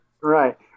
Right